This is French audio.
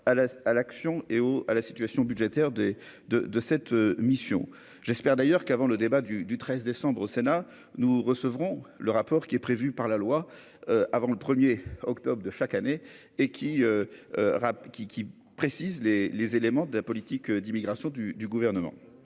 à l'action et au à la situation budgétaire de de de cette mission, j'espère d'ailleurs qu'avant le débat du du 13 décembre au Sénat, nous recevrons le rapport qui est prévu par la loi avant le 1er octobre de chaque année et qui rap qui qui précise les les éléments de la politique d'immigration du du gouvernement